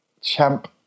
Champ